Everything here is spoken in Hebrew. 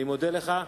אני מודה לך,